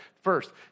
First